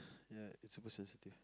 ya super sensitive